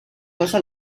cosa